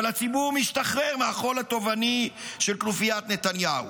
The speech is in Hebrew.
אבל הציבור משתחרר מהחול הטובעני של כנופיית נתניהו.